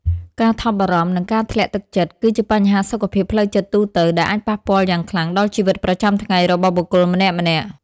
ការថប់បារម្ភ និងការធ្លាក់ទឹកចិត្ត គឺជាបញ្ហាសុខភាពផ្លូវចិត្តទូទៅ ដែលអាចប៉ះពាល់យ៉ាងខ្លាំងដល់ជីវិតប្រចាំថ្ងៃរបស់បុគ្គលម្នាក់ៗ។